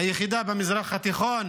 היחידה במזרח התיכון?